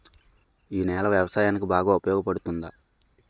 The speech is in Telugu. ఈ నేల వ్యవసాయానికి బాగా ఉపయోగపడుతుందా?